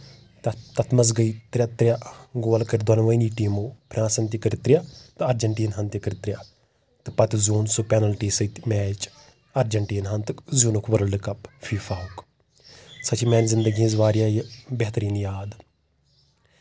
تَتھ تَتھ منٛز گٔے ترٛے ترٛے گول کٔر دۄنؤنی ٹیٖمو فرانسن تہِ کٔرۍ ترٛے تہٕ ارجنٹینا تہِ کٔرۍ ترٛے تہٕ پَتہٕ زیوٗن سُہ پینلٹی سۭتۍ میچ ارجنٹیناہَن تہٕ زیوٗنُکھ ورلڈ کپ فیٚفاہُک سۄ چھِ میانہِ زنٛدگی ہِنٛز واریاہ بہتریٖن یاد